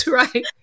right